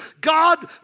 God